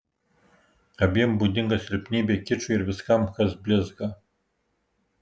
abiem būdinga silpnybė kičui ir viskam kas blizga